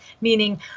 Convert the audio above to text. meaning